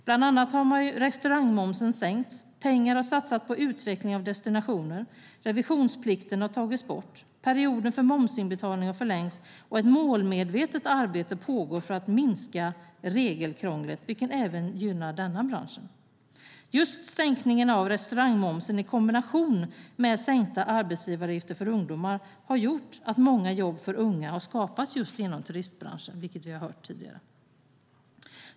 Bland annat har restaurangmomsen sänkts, pengar har satsats på utveckling av destinationer, revisionsplikten har tagits bort, perioden för momsinbetalning har förlängts och ett målmedvetet arbete pågår för att minska regelkrånglet, vilket även gynnar denna bransch. Just sänkningen av restaurangmomsen i kombination med de sänkta arbetsgivaravgifterna för ungdomar har gjort att många jobb för unga har skapats inom turistbranschen, vilket vi har hört här tidigare.